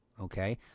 Okay